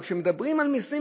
אבל כשמדברים על מסים,